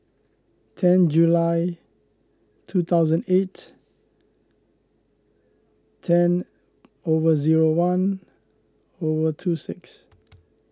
ten July two thousand eight ten over zero one over two six